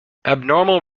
abnormal